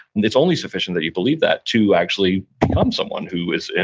and it's only sufficient that you believe that to actually become someone who is,